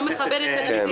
לא מכבד את הנשיא.